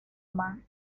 man